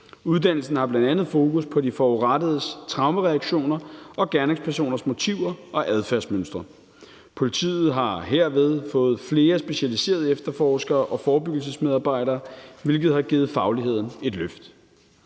Uddannelsen har bl.a. fokus på de forurettedes traumereaktioner og på gerningspersoners motiver og adfærdsmønstre. Politiet har herved fået flere specialiserede efterforskere og forebyggelsesmedarbejdere, hvilket har givet fagligheden et løft.